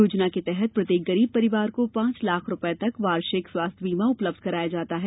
योजना के तहत प्रत्येक गरीब परिवार को पांच लाख रुपए का वार्षिक स्वास्थ्य बीमा उपलब्ध कराया जाता है